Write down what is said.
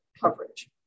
coverage